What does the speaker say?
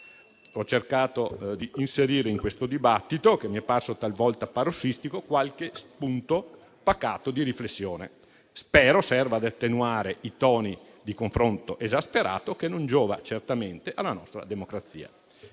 Ho cercato di inserire in questo dibattito, che mi è parso talvolta parossistico, qualche spunto pacato di riflessione. Spero serva ad attenuare i toni di confronto esasperato, che non giova certamente alla nostra democrazia,